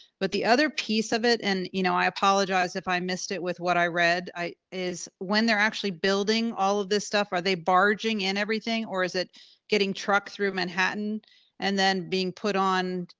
but the other piece of it, and you know i apologize if i missed it with what i read is when they're actually building all of this stuff, are they barging in everything? or is it getting truck through manhattan and then being put on